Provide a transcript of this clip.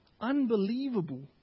unbelievable